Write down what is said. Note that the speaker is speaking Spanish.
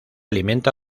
alimenta